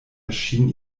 erschien